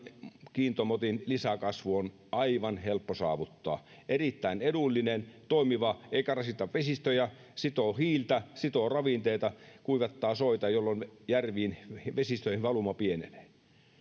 kiintomotin lisäkasvu on aivan helppo saavuttaa erittäin edullinen toimiva eikä rasita vesistöjä sitoo hiiltä sitoo ravinteita kuivattaa soita jolloin vesistöihin valuma pienenee